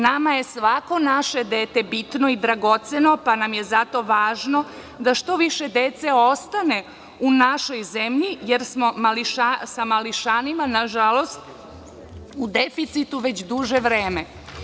Nama je svako naše dete bitno i dragoceno, pa nam je zato važno da što više dece ostane u našoj zemlji, jer smo sa mališanima, nažalost, u deficitu već duže vreme.